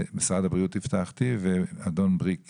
משרד הבריאות ואחר כך